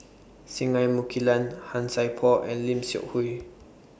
Singai Mukilan Han Sai Por and Lim Seok Hui